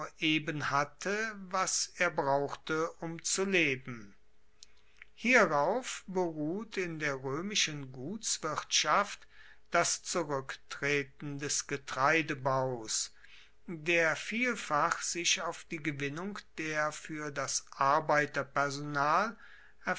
eben hatte was er brauchte um zu leben hierauf beruht in der roemischen gutswirtschaft das zuruecktreten des getreidebaus der vielfach sich auf die gewinnung der fuer das